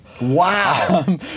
Wow